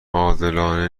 عادلانه